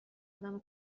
آدمو